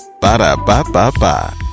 Ba-da-ba-ba-ba